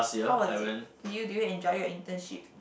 how was it did you did you enjoy your internship